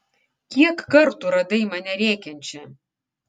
kiek kartų radai mane rėkiančią